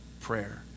prayer